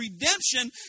redemption